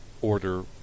order